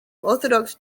orthodox